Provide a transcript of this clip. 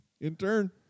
Intern